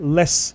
less